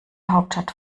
hauptstadt